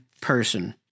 person